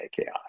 AKI